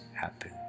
happen